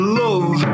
love